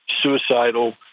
suicidal